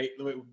right